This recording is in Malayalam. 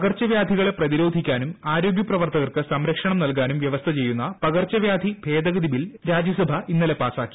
പകർച്ചവ്യാധികളെ പ്രതിരോധിക്കാനും ആരോഗ്യപ്രവർത്തകർക്ക് സംരക്ഷണം നൽകാനും വ്യവസ്ഥ ചെയ്യുന്ന പകർച്ചവ്യാധി ഭേദഗതി ബിൽ രാജ്യസഭ ഇന്നലെ പാസാക്കി